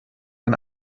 ein